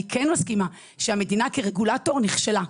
אני מסכימה שהמדינה כרגולטור נכשלה.